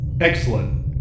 Excellent